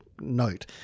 note